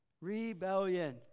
Rebellion